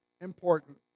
important